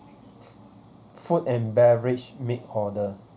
food and beverage make order